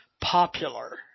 popular